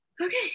Okay